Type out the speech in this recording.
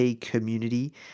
community